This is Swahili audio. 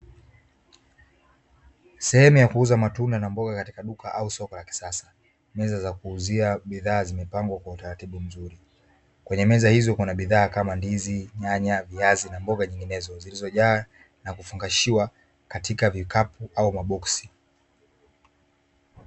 Sehemu ya kuuza matunda na mboga katika duka au soko la kisasa. Meza za kuuzia bidhaa zimepangwa kwa utaratibu mzuri. Kwenye meza hizo kuna bidhaa kama ndizi, nyanya, viazi na mboga nyinginezo zilizojazwa na kufungashiwa katika vikapu au maboksi.